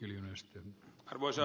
arvoisa puhemies